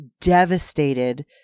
devastated